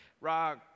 Rock